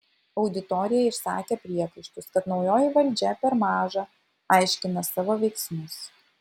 auditorija išsakė priekaištus kad naujoji valdžia per maža aiškina savo veiksmus